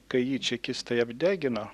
kai jį čekistai apdegino